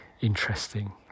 interesting